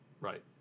right